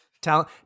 Talent